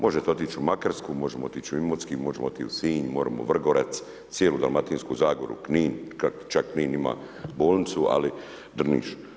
Možete otići u Makarsku, možemo otići u Imotski, možemo otići u Sinj, možemo u Vrgorac, cijelu Dalmatinsku zagoru, Knin, ... čak Knin ima bolnicu, ali Drniš.